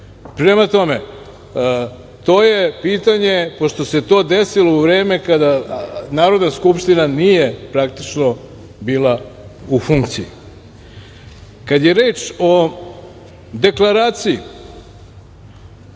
Prema tome, to je pitanje, pošto se to desilo u vreme kada Narodna skupština nije praktično bila u funkciji. Kada je reč o deklaraciji,